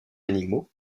animaux